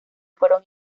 fueron